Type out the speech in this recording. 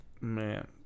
Man